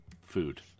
food